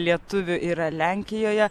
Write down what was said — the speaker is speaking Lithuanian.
lietuvių yra lenkijoje